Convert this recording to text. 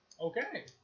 Okay